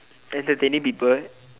entertaining people